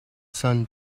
sun